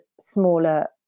smaller